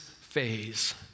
phase